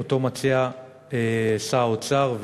שמציע שר האוצר,